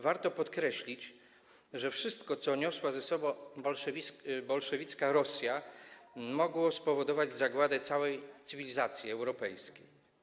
Warto podkreślić, że wszystko, co niosła ze sobą bolszewicka Rosja, mogło spowodować zagładę całej cywilizacji europejskiej.